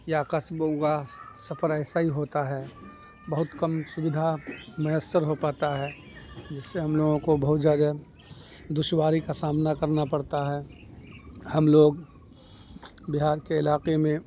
یا قصبوں کا سفر ایسا ہی ہوتا ہے بہت کم سویدھا میسر ہو پاتا ہے جس سے ہم لوگوں کو بہت زیادہ دشواری کا سامنا کرنا پڑتا ہے ہم لوگ بہار کے علاقے میں